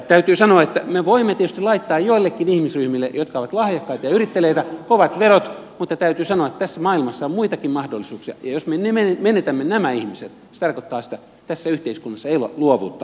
täytyy sanoa että me voimme tietysti laittaa joillekin ihmisryhmille jotka ovat lahjakkaita ja yritteliäitä kovat verot mutta täytyy sanoa että tässä maailmassa on muitakin mahdollisuuksia ja jos me menetämme nämä ihmiset se tarkoittaa sitä että tässä yhteiskunnassa ei ole luovuutta eikä kasvua